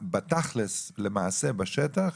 בתכלס, למעשה, בשטח,